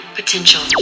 potential